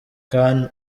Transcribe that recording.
can